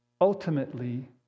ultimately